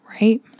Right